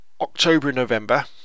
October-November